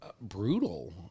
brutal